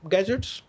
Gadgets